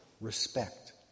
respect